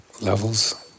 Levels